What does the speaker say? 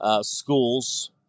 schools